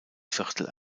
viertel